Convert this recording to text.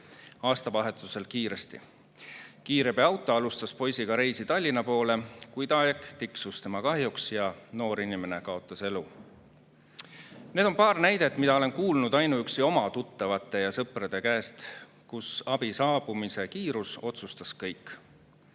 aastavahetusel kiiresti. Kiirabiauto alustas poisiga reisi Tallinna poole, kuid aeg tiksus tema kahjuks ja noor inimene kaotas elu. Need on paar näidet, mida olen kuulnud ainuüksi oma tuttavate ja sõprade käest, kus abi saabumise kiirus otsustas kõik.